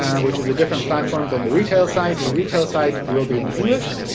and which is a different platform than the retail site. the retail site will be in english.